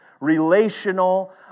relational